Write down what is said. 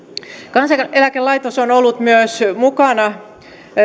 kansaneläkelaitos on ollut myös mukana